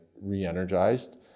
re-energized